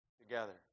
together